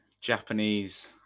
Japanese